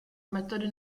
metody